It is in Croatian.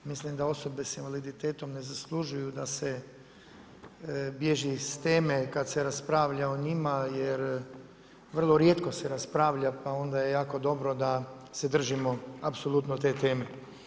Mislim da osobe s invaliditetom, da se bježi s teme kad se raspravlja o njima jer vrlo rijetko se raspravlja pa onda je jako dobro da se držimo apsolutno te teme.